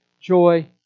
joy